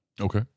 Okay